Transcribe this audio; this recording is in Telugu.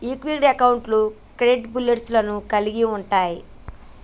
ఈక్విటీ అకౌంట్లు క్రెడిట్ బ్యాలెన్స్ లను కలిగి ఉంటయ్